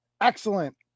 Excellent